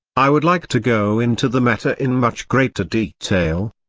i would like to go into the matter in much greater detail.